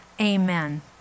amen